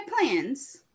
plans